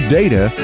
data